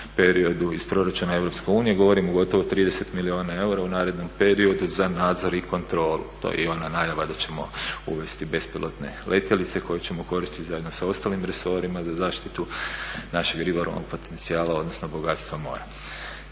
periodu iz proračuna EU. Govorim gotovo o 30 milijuna eura u narednom periodu za nadzor i kontrolu. To je i ona najava da ćemo uvesti bespilotne letjelice koje ćemo koristiti zajedno sa ostalim resorima za zaštitu našeg ribolovnog potencijala odnosno bogatstva mora.